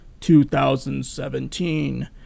2017